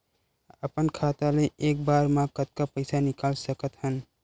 अपन खाता ले एक बार मा कतका पईसा निकाल सकत हन?